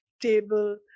table